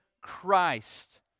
Christ